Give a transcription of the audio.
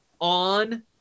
on